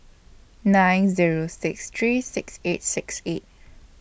nine Zero six three six eight six eight